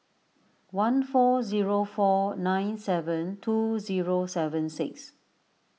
one four zero four nine seven two zero seven six